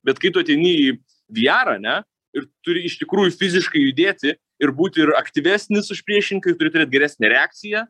bet kai tu ateini į viarą ne ir turi iš tikrųjų fiziškai judėti ir būti ir aktyvesnis už priešininką ir turi turėt geresnę reakciją